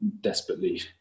desperately